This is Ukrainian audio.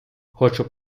хочу